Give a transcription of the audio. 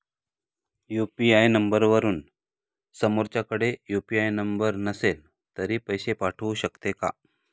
UPI नंबरवरून समोरच्याकडे UPI number नसेल तरी पैसे पाठवू शकते का?